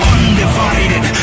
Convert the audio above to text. Undivided